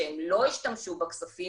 שהם לא השתמשו בכספים,